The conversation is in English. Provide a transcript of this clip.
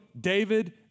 David